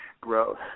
growth